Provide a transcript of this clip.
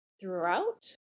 throughout